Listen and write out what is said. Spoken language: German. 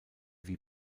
wie